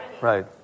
Right